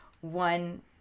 one